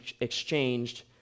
exchanged